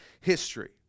history